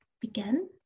begin